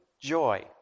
joy